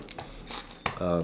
um